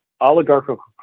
oligarchical